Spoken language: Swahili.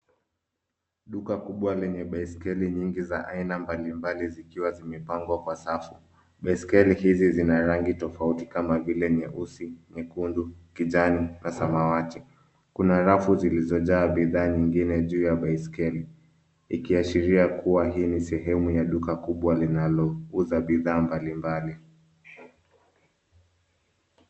Duka kubwa lenye baiskeli nyingi za aina mbalimbali zikiwa zimepangwa kwa safu. Baiskeli hizi zina rangi tofauti kama vile nyeusi, nyekundu, kijani na samawati. Kuna rafu zilizojaa bidhaa nyingine juu ya baiskeli, ikiashiria kuwa hii ni sehemu ya duka kubwa linalouza bidhaa mbalimbali.